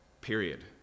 period